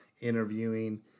interviewing